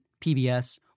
PBS